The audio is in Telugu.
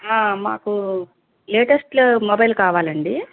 మాకు లేటెస్ట్ మొబైల్ కావాలండి